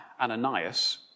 Ananias